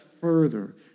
further